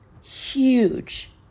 Huge